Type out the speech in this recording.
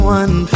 one